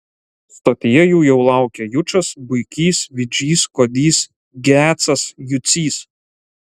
stotyje jų jau laukė jučas buikys vidžys kodys gecas jucys